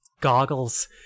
goggles